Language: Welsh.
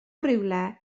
rywle